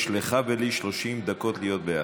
יש לך ולי 30 דקות להיות ביחד.